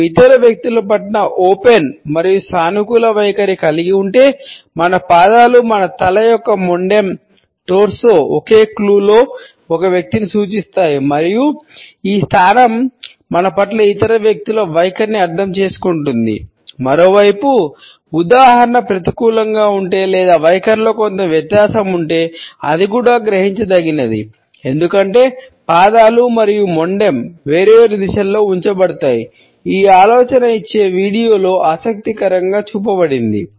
మనం ఇతర వ్యక్తుల పట్ల ఓపెన్ ఆసక్తికరంగా చూపబడింది